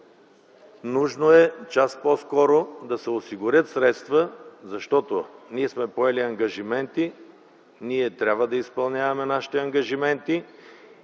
Нужно е час по-скоро да се осигурят средства, защото ние сме поели ангажименти и трябва да ги изпълняваме. Виждам,